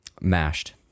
Mashed